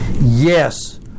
yes